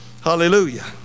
Hallelujah